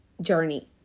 journey